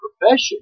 profession